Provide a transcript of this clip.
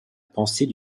pensée